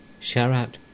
Sharat